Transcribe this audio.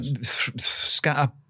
scatter